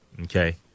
okay